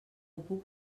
puc